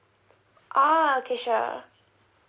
orh okay sure